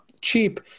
cheap